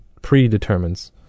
predetermines